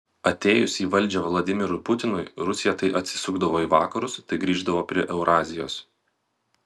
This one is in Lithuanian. atėjus į valdžią vladimirui putinui rusija tai atsisukdavo į vakarus tai grįždavo prie eurazijos